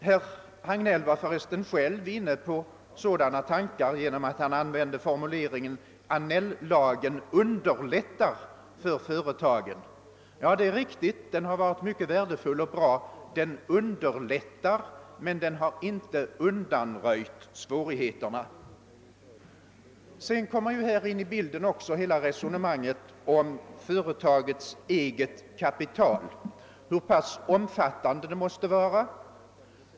Herr Hagnell var för resten själv inne på sådana tankar genom att använda formuleringen »Annell-lagen underlättar för företagen». Ja, det är riktigt. Den är mycket värdefull och bra, men den underlättar bara; den undanröjer inte svårigheterna. Sedan kommer in i bilden hela resonemanget om företagets eget kapital och hur pass stort detta måste vara.